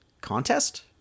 contest